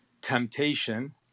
temptation